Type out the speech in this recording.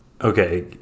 Okay